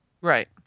Right